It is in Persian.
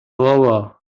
بابا